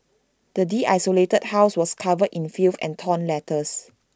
the desolated house was covered in filth and torn letters